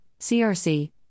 CRC